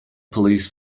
police